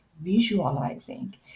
visualizing